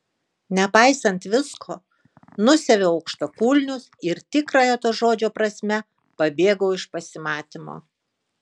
nepaisant visko nusiaviau aukštakulnius ir tikrąja to žodžio prasme pabėgau iš pasimatymo